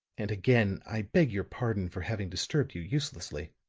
and again i beg your pardon for having disturbed you uselessly.